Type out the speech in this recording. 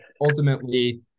ultimately